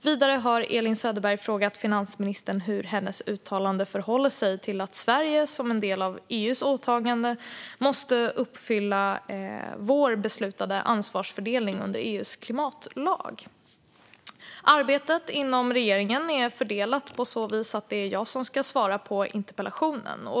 Vidare har Elin Söderberg frågat finansministern hur hennes uttalande förhåller sig till att Sverige, som en del av EU:s åtagande, måste uppfylla vår beslutade ansvarsfördelning under EU:s klimatlag. Arbetet inom regeringen är fördelat på så vis att det är jag som ska svara på interpellationen.